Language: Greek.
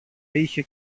είχε